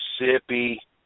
Mississippi